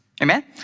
Amen